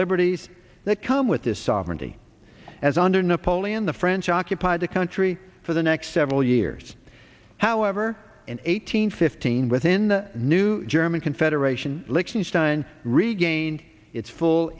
liberties that come with this sovereignty as under napoleon the french occupied the country for the next several years however in eight hundred fifteen within the new german confederation lichtenstein regained its full